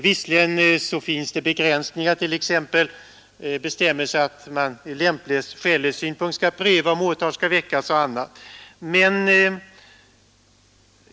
Visserligen finns det begränsningar, t.ex. att man ur skälighetssynpunkt skall pröva om åtal skall väckas.